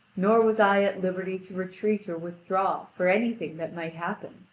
nor was i at liberty to retreat or withdraw for anything that might happen.